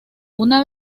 una